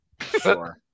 Sure